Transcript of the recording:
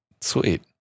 Sweet